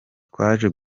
twaje